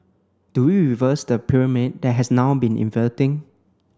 do we reverse the pyramid that has now been inverting